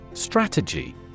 Strategy